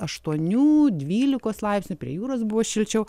aštuonių dvylikos laipsnių prie jūros buvo šilčiau